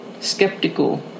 Skeptical